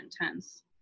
intense